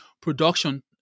production